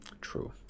True